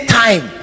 time